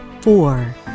four